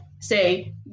say